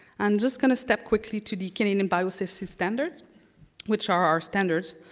i'm just going to step quickly to the canadian biosafety standards which are our standards